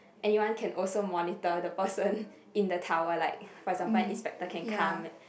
anyone can also monitor the person in the tower like for example an inspector can come like